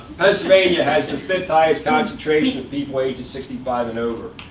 pennsylvania has the fifth-highest concentration of people ages sixty five and over.